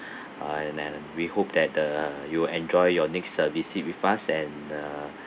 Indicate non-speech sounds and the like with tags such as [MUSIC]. [BREATH] uh and we hope that uh you will enjoy your next uh visit with us and uh